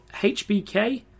HBK